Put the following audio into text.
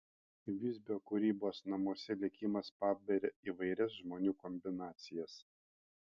visbio kūrybos namuose likimas paberia įvairias žmonių kombinacijas